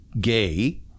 gay